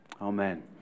amen